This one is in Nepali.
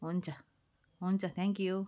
हुन्छ हुन्छ थ्याङक्यू